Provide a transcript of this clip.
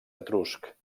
etrusc